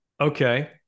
Okay